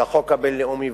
של החוק הבין-לאומי,